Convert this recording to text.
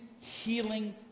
healing